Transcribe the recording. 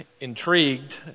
intrigued